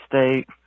state